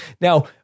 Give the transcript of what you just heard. Now